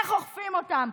איך עוקפים אותם.